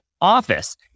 office